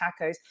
tacos